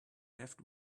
left